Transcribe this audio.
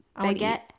baguette